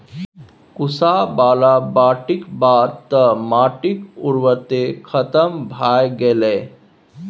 कुसहा बला बाढ़िक बाद तँ माटिक उर्वरते खतम भए गेलै